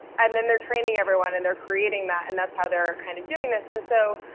and then they're training everyone and they're creating that and that's how they're kind of doing this, and so